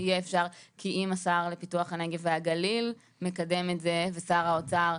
אם השר לפיתוח הנגב והגליל מקדם את זה אבל שר האוצר,